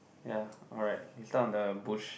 ya alright we start on the bush